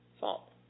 fault